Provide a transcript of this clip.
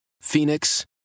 Phoenix